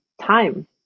time